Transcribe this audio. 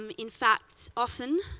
um in fact, often,